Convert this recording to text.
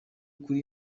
kuri